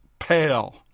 pale